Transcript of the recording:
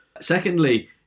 Secondly